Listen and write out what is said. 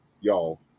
y'all